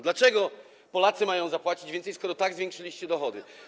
Dlaczego Polacy maja zapłacić więcej, skoro tak zwiększyliście dochody?